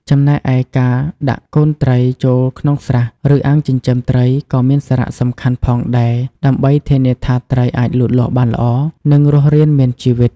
ចំណែកឯការដាក់កូនត្រីចូលក្នុងស្រះ ឬអាងចិញ្ចឹមត្រីក៏មានសារៈសំខាន់ផងដែរ ដើម្បីធានាថាត្រីអាចលូតលាស់បានល្អ និងរស់រានមានជីវិត។